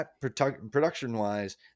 production-wise